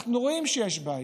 אנחנו רואים שיש בעיה.